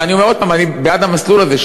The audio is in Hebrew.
ואני אומר עוד פעם: אני בעד המסלול הזה,